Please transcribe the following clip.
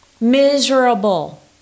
Miserable